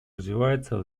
развивается